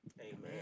Amen